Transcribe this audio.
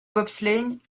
bobsleigh